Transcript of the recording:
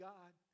God